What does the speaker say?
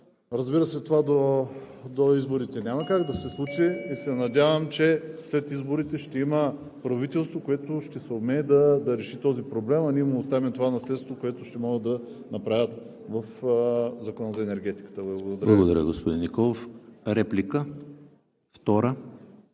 Разбира се, това до изборите няма как да се случи. Надявам се, че след изборите ще има правителство, което ще съумее да реши този проблем, а ние му оставяме това наследство, което ще могат да направят в Закона за енергетиката. Благодаря. ПРЕДСЕДАТЕЛ ЕМИЛ ХРИСТОВ: Благодаря, господин Николов. Втора